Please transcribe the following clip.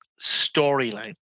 storyline